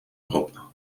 europa